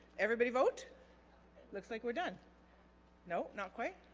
everybody vote looks like we're done no not quite